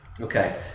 Okay